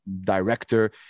director